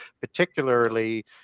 particularly